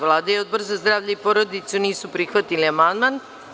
Vlada i Odbor za zdravlje i porodicu nisu prihvatili amandman.